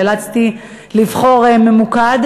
נאלצתי לבחור ממוקד,